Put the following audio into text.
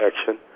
action